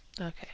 Okay